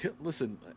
Listen